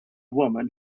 woman